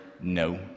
no